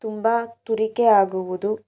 ತುಂಬ ತುರಿಕೆ ಆಗುವುದು